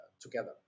together